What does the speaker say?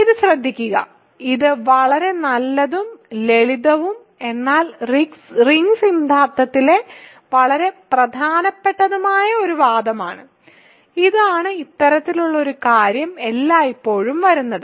ഇത് ശ്രദ്ധിക്കുക ഇത് വളരെ നല്ലതും ലളിതവും എന്നാൽ റിംഗ് സിദ്ധാന്തത്തിലെ വളരെ പ്രധാനപ്പെട്ടതുമായ ഒരു വാദമാണ് ഇതാണ് ഇത്തരത്തിലുള്ള കാര്യം എല്ലായ്പ്പോഴും വരുന്നത്